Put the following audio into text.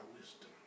wisdom